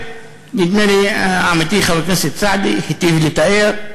שנדמה לי שעמיתי חבר הכנסת סעדי היטיב לתאר,